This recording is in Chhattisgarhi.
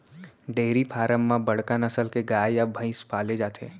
डेयरी फारम म बड़का नसल के गाय या भईंस पाले जाथे